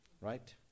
Right